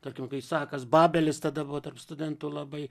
tarkim kaisakas babelis tada buvo tarp studentų labai